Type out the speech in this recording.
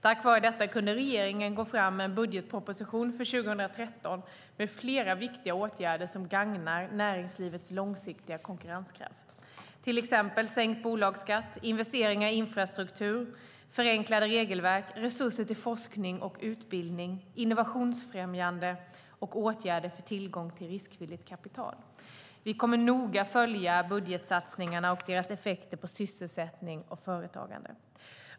Tack vare detta kunde regeringen gå fram med en budgetproposition för 2013 med flera viktiga åtgärder som gagnar näringslivets långsiktiga konkurrenskraft, till exempel sänkt bolagsskatt, investeringar i infrastruktur, förenklade regelverk, resurser till forskning och utbildning, innovationsfrämjande och åtgärder för tillgång till riskvilligt kapital. Vi kommer att noga följa budgetsatsningarna och deras effekter på sysselsättning och företagande.